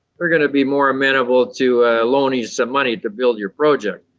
they're going to be more amenable to loaning you some money to build your project.